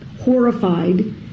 horrified